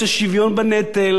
לא בשום נושא אחר,